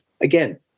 Again